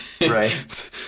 Right